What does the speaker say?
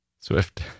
Swift